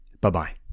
Bye-bye